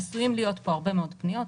עשויות להיות פה הרבה מאוד פניות.